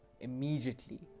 Immediately